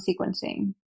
sequencing